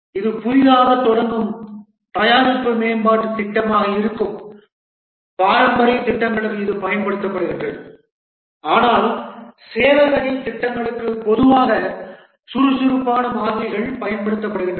இது புதிதாகத் தொடங்கும் தயாரிப்பு மேம்பாட்டுத் திட்டமாக இருக்கும் பாரம்பரிய திட்டங்களுக்கு இது பயன்படுத்தப்படுகிறது ஆனால் சேவை வகை திட்டங்களுக்கு பொதுவாக சுறுசுறுப்பான மாதிரிகள் பயன்படுத்தப்படுகின்றன